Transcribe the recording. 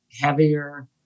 heavier